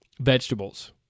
vegetables